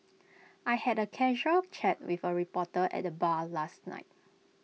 I had A casual chat with A reporter at the bar last night